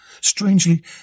Strangely